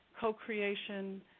co-creation